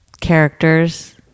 characters